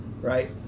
right